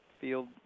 field